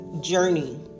journey